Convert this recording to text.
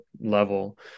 level